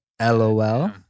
LOL